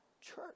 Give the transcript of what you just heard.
church